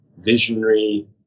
visionary